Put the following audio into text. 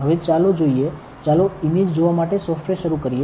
હવે ચાલો જોઈએ ચાલો ઇમેજ જોવા માટે સોફ્ટવેર શરૂ કરીએ